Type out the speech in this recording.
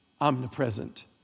omnipresent